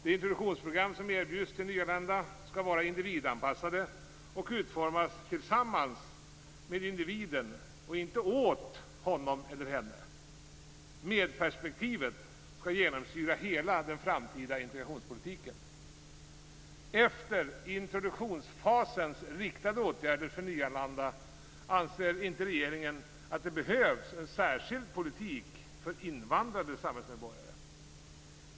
De introduktionsprogram som erbjuds till nyanlända skall vara individanpassade och utformas tillsammans med individen och inte åt honom eller henne. Medperspektivet skall genomsyra hela den framtida integrationspolitiken. Efter introduktionsfasens riktade åtgärder för nyanlända anser inte regeringen att det behövs en särpolitik för invandrade samhällsmedborgare.